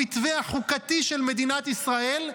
המתווה החוקתי של מדינת ישראל,